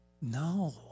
No